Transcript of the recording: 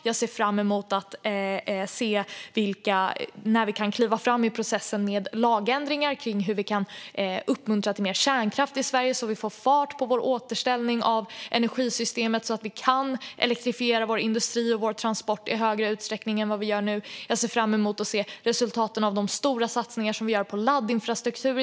Jag ser också fram emot när vi kan kliva fram i processen med lagändringar för att uppmuntra mer kärnkraft i Sverige så att vi får fart på vår återställning av energisystemet och kan elektrifiera vår industri och våra transporter i högre utsträckning. Jag ser även fram emot att se resultaten av de stora satsningar vi gör på laddinfrastruktur.